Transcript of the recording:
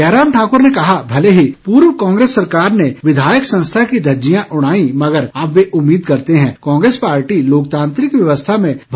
जयराम ठाकुर ने कहा भले ही पूर्व कांग्रेस सरकार ने विघायक संस्था की धज्जियां उड़ाई मगर अब वे उम्मीद करते हैं कि कांग्रेस पार्टी लोकतांत्रिक व्यवस्था में भरोसा जताएगी